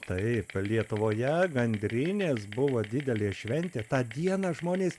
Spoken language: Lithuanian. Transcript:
taip lietuvoje gandrinės buvo didelė šventė tą dieną žmonės